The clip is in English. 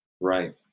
right